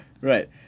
Right